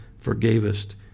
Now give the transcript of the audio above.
forgavest